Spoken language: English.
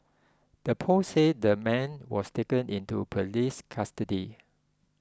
the post said the man was taken into police custody